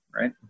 Right